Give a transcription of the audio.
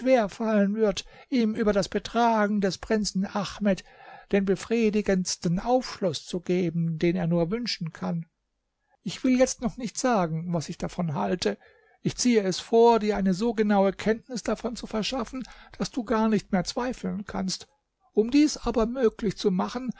fallen wird ihm über das betragen des prinzen ahmed den befriedigendsten aufschluß zu geben den er nur wünschen kann ich will für jetzt noch nicht sagen was ich davon halte ich ziehe es vor dir eine so genaue kenntnis davon zu verschaffen daß du gar nicht mehr zweifeln kannst um dies aber möglich zu machen